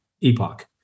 epoch